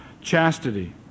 chastity